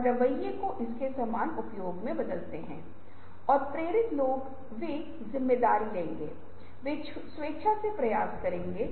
और यह एक धारणा है कि एक आयातित प्रतिभा सिंड्रोम है जो यह बोलता है कि बाहर से लोगों को लाने से वे केवल रचनात्मक होंगे और वे संगठन में नवप्रवर्तक होंगे